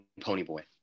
Ponyboy